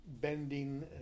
bending